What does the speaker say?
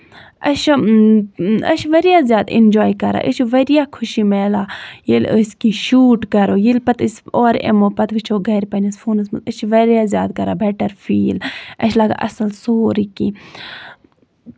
أسۍ چھِ أسۍ چھِ واریاہ زیادٕ اینجوے کران أسۍ چھِ واریاہ خُشۍ مِلان ییٚلہِ أسۍ کیاہ أسۍ شوٗٹ کرو ییٚلہِ پَتہٕ أسۍ اورٕ یِمو پَتہٕ وٕچھو گرِ پَنٕنِس فونَس منٛز أسۍ چھِ واریاہ زیادٕ کران بیٹر فیٖل اَسہِ چھُ لگان اَصٕل سورُے کیٚنہہ